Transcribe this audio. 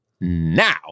now